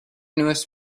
newest